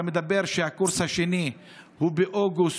אתה מדבר על כך שהקורס השני הוא באוגוסט.